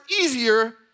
easier